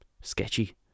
sketchy